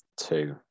Two